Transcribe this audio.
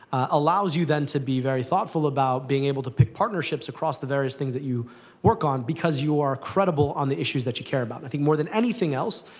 allows you then to be very thoughtful about being able to pick partnerships across the various things that you work on, because you are credible on the issues that you care about. i think, more than anything else,